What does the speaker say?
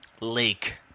lake